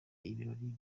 ibirori